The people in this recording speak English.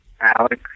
Alex